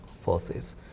forces